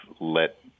let